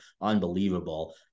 Unbelievable